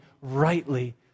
rightly